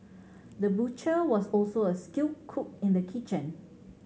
the butcher was also a skilled cook in the kitchen